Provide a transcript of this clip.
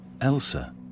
Elsa